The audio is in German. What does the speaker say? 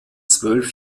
zwölf